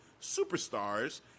superstars